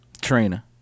Trina